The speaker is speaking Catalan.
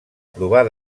provar